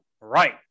right